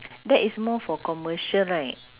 that is more for commercial right